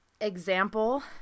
example